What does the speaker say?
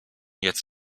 jetzt